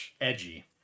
Edgy